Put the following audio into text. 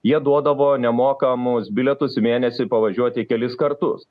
jie duodavo nemokamus bilietus į mėnesį pavažiuoti kelis kartus